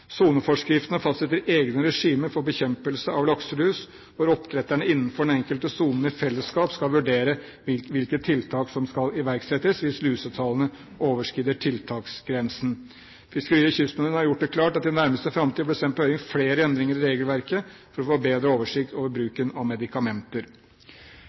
Soneforskriftene fastsetter egne regimer for bekjempelse av lakselus, hvor oppdretterne innenfor den enkelte sonen i fellesskap skal vurdere hvilke tiltak som skal iverksettes hvis lusetallene overskrider tiltaksgrensen. Fiskeri- og kystdepartementet har gjort det klart at det i nærmeste framtid vil bli sendt på høring flere endringer i regelverket for å få bedre oversikt over